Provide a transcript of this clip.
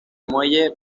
muelle